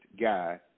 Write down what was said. guy